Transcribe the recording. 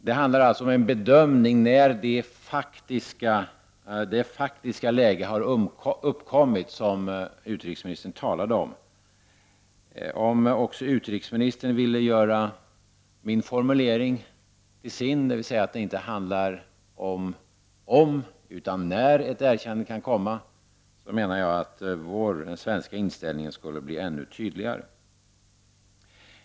Det handlar alltså om en bedömning när det faktiska läge har uppkommit som utrikesministern talade om. Om också utrikesministern ville göra min formulering till sin, dvs. att det inte gäller om utan när ett erkännande kan komma, menar jag att den svenska inställningen skulle bli ännu tydligare.